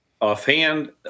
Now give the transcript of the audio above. offhand